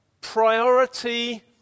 priority